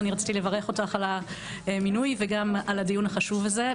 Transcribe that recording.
אז אני רציתי לברך אותך על המינוי וגם על הדיון החשוב הזה.